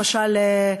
למשל,